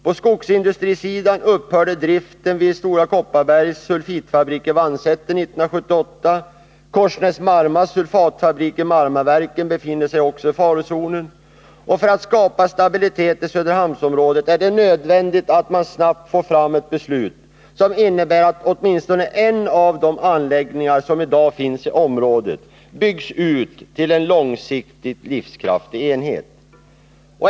På skogsindustrisidan upphörde driften vid Stora Kopparbergs sulfitfabrik i Vansäter 1979 och Korsnäs-Marmas sulfatfabrik i Marmaverken befinner sig också i farozonen. För att skapa stabilitet i Söderhamnsområdet är det nödvändigt att man snabbt får fram beslut som innebär att åtminstone en av de anläggningar som i dag finns i området byggs ut till en långsiktigt livskraftig enhet.